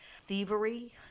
thievery